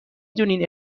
دونین